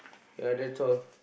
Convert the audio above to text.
ya that's all